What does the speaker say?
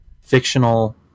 fictional